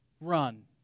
run